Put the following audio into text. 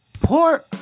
Poor